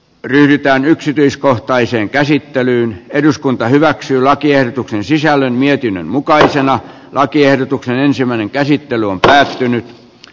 yhtään yksityiskohtaiseen käsittelyyn eduskunta hyväksyy lakiehdotuksen sisällön mietinnön mukaisena lakiehdotuksen ensimmäinen käsittely on päättynyt